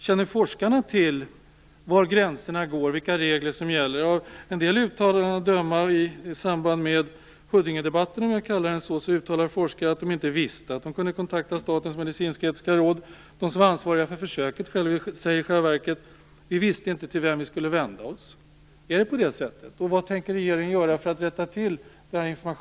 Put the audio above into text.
Känner forskarna till var gränserna går och vilka regler som gäller? Av en del uttalanden att döma i samband med, skulle jag vilja säga, Huddingedebatten säger forskare att de inte visste att de kunde kontakta Statens medicinsketiska råd. De som är ansvariga för försöket säger i själva verket: Vi visste inte vem vi skulle vända oss till. Är det på det sättet? Så till frågan om en överblick av systemet.